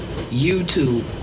YouTube